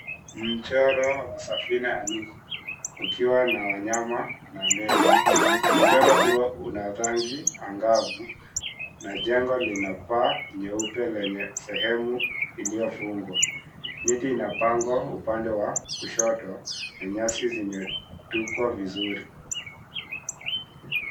Mchoro wa Safina wanugu, ikiwa na wanyama na medi. Mchoro huo una rangi angavu na jengo lina paa nyeupe lenye sehemu iliyofungwa. Miti inapangwa upande wa kushoto na nyasi zimetukwa vizuri.